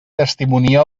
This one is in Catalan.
testimonia